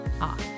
off